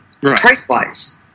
price-wise